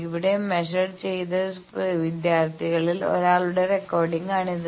ഇവിടെ മെഷർ ചെയ്ത വിദ്യാർത്ഥികളിൽ ഒരാളുടെ റെക്കോർഡിംഗാണിത്